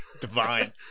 divine